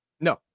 No